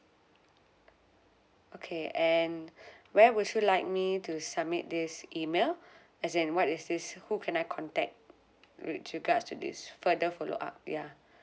okay and where would you like me to submit this email as in what is this who can I contact with regards to this further follow up ya